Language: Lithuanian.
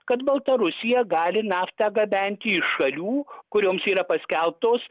kad baltarusija gali naftą gabenti iš šalių kurioms yra paskelbtos